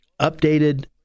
updated